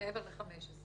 מעבר ל-15 שנים.